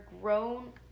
grown